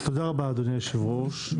תודה רבה אדוני היושב ראש.